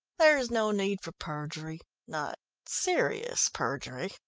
there's no need for perjury, not serious perjury,